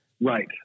Right